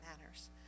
matters